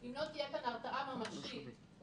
כל העניין וכל הדיבור פה צריך להתמקד בכך שזו סחורה,